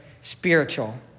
spiritual